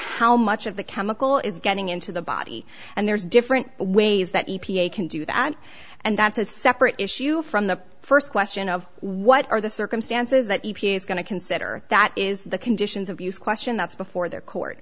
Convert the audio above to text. how much of the chemical is getting into the body and there's different ways that e p a can do that and that's a separate issue from the st question of what are the circumstances that e p a is going to consider that is the conditions of use question that's before the court